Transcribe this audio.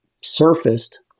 surfaced